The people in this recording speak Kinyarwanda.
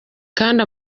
kandi